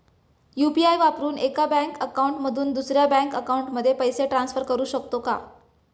UPI वापरून एका bank account मधून दुसऱ्या बँक अकाउंटमध्ये पैसे ट्रान्सफर करू शकतो का?